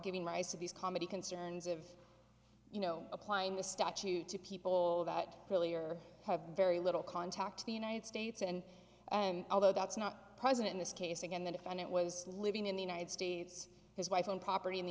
giving rise to these comedy concerns of you know applying the statute to people that really are have very little contact to the united states and and although that's not present in this case again the defendant was living in the united states his wife own property in the